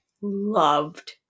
loved